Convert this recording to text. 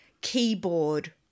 keyboard